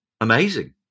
amazing